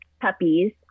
puppies